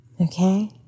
okay